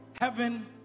Heaven